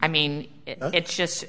i mean it's just